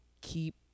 keep